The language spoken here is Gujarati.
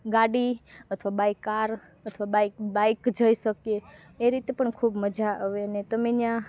ગાડી અથવા બાય કાર અથવા બાય બાઈક જઈ શકીએ એ રીતે પણ ખૂબ મજા આવે ને તમે ત્યાં